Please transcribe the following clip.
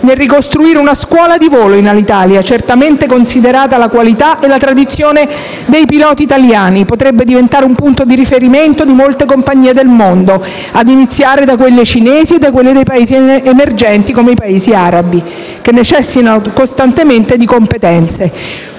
nel ricostruire un scuola del volo Alitalia. Certamente, considerata la qualità e la tradizione dei piloti italiani, potrebbe diventare punto di riferimento di molte compagnie nel mondo ad iniziare da quelle cinesi e da quelle dei Paesi emergenti (Arabi compresi) che necessitano costantemente di competenze